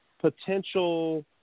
potential